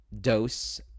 dose